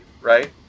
right